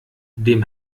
dem